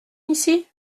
ici